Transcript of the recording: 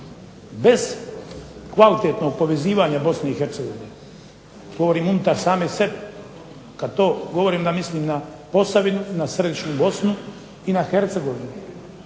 Bez kvalitetnog povezivanja Bosne i Hercegovine, govorim unutar same sebe, kad to govorim onda mislim na Posavinu, na središnju Bosnu i na Hercegovinu,